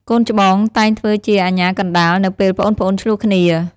កូនច្បងតែងធ្វើជាអាជ្ញាកណ្ដាល នៅពេលប្អូនៗឈ្លោះគ្នា។